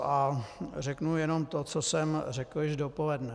A řeknu jenom to, co jsem řekl již dopoledne.